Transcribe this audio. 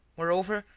moreover,